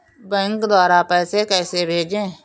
Bank द्वारा पैसे कैसे भेजें?